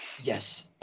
Yes